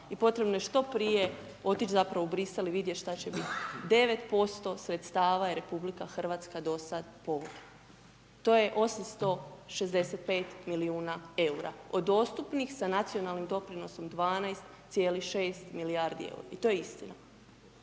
i potrebno je što prije otići zapravo u Bruxelles i vidjeti šta će biti. 9% sredstava je RH do sad povukla, to je 865 milijuna eura. Od dostupnih sa nacionalnim doprinosom 12,6 milijardi eura i to je istina,